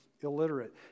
illiterate